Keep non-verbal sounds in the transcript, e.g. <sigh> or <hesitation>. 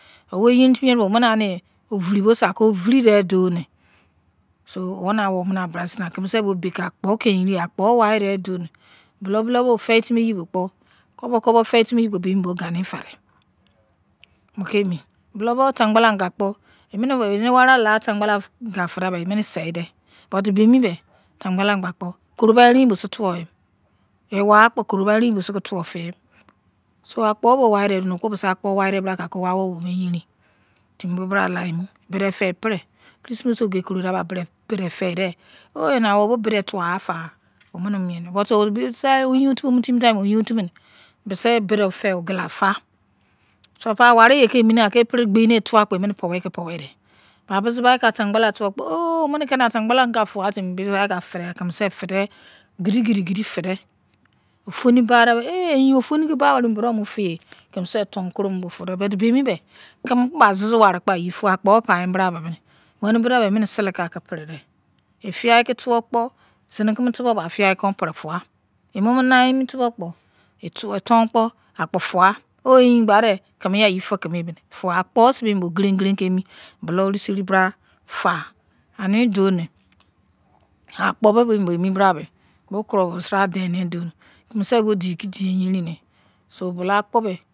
Wu yerin timi yerin bo omini ane oviri sei aki afiri dou don'c omini awu bai. baresein nai kimiser ser a beke akpo ki eyain yue akpobri warder douni boloube waike kopa kopa feitimi jubo kpo gani faidei bolon bolou afancybalanga akpo kpo eniwarime stengbanla nga ferdeisei enine sei dei but beimi be koro bairin mimsei atsagbala nga tawoim qwa kpo koroldrinin mimises ko tuwe peinim ebeka akpa bei nes okpe bise bra kabi owu awu munion eyerim omini kirisimesi ogai keredoub edoubarawu mine serdes onmini kirisimesi aru fuwa mini <unintelligible> omina zeou tinui ifie meis onimi bisi brafagha <unintelligible> ble avica kinnae hon ski gbine apre tawc kpou fader onini bai puwei kai pusenter on om̃ini ba zhan glangs fuwa fint busi bike f qedi feider muper ferder eyein fidei opani de barvivinie kinniseisai bo ferder bomibe kinni kpo báe zuzu wari kpo bae yei fuyalgha <hesitation> wen's food be enn sele kan ski pere dar zisi kimi tubo be baie fuyai kan pen fuwa emamo nai mei okpo kubo be efon kpo ikpu fuya oh. eyein gbamau kemiye yerfikime ans doy ni abpo fuwari akpo me bemisei giengien kan eni doune bolou oruseri bra fai amidone a kpoui beni be eni lora me kuro kime dienei douni keniseises bou dikadi eyerin nei so bolou akpome.